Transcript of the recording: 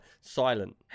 silent